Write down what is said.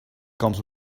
comes